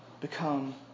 become